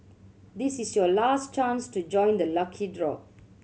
this is your last chance to join the lucky draw